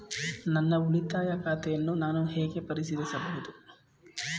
ನನ್ನ ಉಳಿತಾಯ ಖಾತೆಯನ್ನು ನಾನು ಹೇಗೆ ಪರಿಶೀಲಿಸುವುದು?